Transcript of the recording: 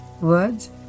words